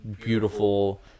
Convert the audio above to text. beautiful